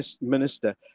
minister